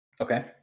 Okay